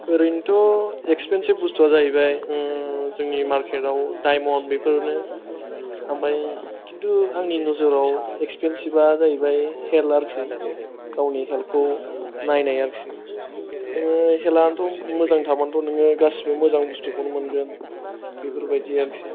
ओरैनोथ' एक्सपेनसिब बुस्थुवा जाहैबाय जोंनि मारकेटाव डाइमण्ड बेफोरनो ओमफ्राय खिन्थु आंनि नोजोराव एक्सपेनसिबा जाहैबाय हेल्ट आरोखि गावनि हेल्टखौ नायनाया हेल्टानथ' मोजां थाबा नों गासिबो मोजां बुस्थुखौनो मोनगोन बेफोरबादि आरोखि